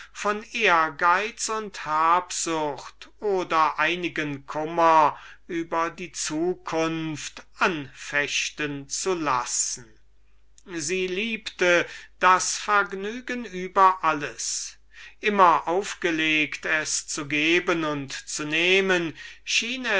von ehrgeiz und habsucht oder einigen kummer über die zukunft anfechten zu lassen sie liebte das vergnügen über alles immer aufgelegt es zu geben und zu nehmen